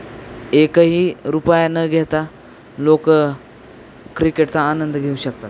एकही रुपया न घेता लोक क्रिकेटचा आनंद घेऊ शकतात